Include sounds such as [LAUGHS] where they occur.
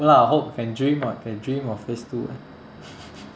no lah hope can dream [what] can dream of phase two eh [LAUGHS]